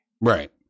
Right